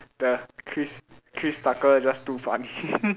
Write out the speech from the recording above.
the Chris Chris Tucker just too funny